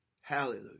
Hallelujah